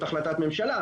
זאת החלטת ממשלה.